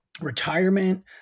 retirement